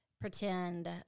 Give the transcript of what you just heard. pretend